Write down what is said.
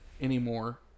anymore